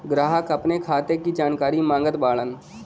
ग्राहक अपने खाते का जानकारी मागत बाणन?